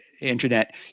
internet